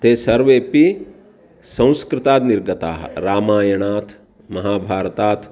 ते सर्वेपि संस्कृतात् निर्गताः रामायणात् महाभारतात्